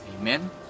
Amen